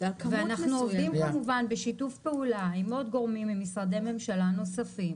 אנחנו עובדים כמובן בשיתוף פעולה עם עוד גורמים ממשרדי ממשלה נוספים,